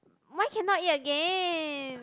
why cannot eat again